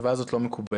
התשובה הזאת לא מקובלת.